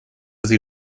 sie